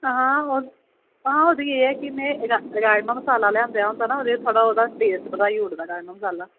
आं होर केह् ऐ में राजमांह मसाला लैआंदा होंदा ना ते ओह्दा टेस्ट बद्धाई लैंदा राजमांह् मसाला